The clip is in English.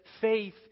faith